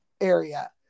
area